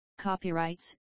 copyrights